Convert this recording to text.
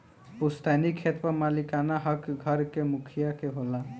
पुस्तैनी खेत पर मालिकाना हक घर के मुखिया के होला